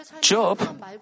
Job